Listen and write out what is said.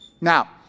Now